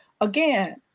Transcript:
again